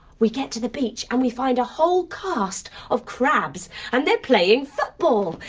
we get to the beach and we find a whole caste of crabs and they're playing football.